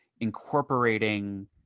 incorporating